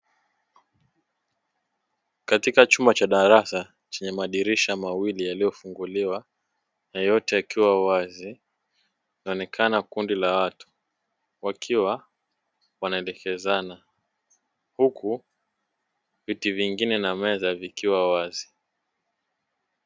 Katika chumba cha darasa chenye madirisha mawili yaliyofunguliwa na yote yakiwa wazi wanaonekana kundi la watu wakiwa wanaelekezana huku viti vingine na meza vikiwa wazi.